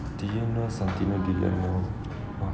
did you know something I did not know